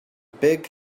big